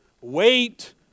Wait